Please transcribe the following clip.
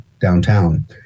downtown